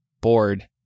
bored